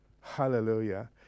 Hallelujah